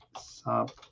sub